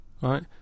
right